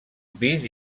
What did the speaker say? pis